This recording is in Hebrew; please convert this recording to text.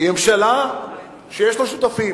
היא ממשלה שיש לה שותפים.